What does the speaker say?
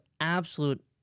absolute